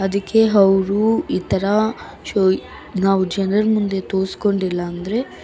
ಅದಕ್ಕೆ ಅವ್ರು ಈ ಥರ ನಾವು ಜನರ ಮುಂದೆ ತೋರಿಸ್ಕೊಂಡಿಲ್ಲಂದ್ರೆ